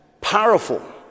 powerful